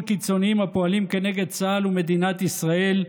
קיצוניים הפועלים כנגד צה"ל ומדינת ישראל,